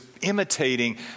imitating